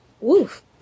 woof